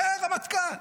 זה הרמטכ"ל.